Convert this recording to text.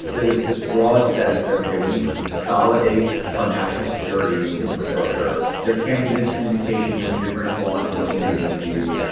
there was this broad sense that, ok, we need to consolidate our national security infrastructure. there can't be miscommunication between different law enforcement agencies.